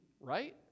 right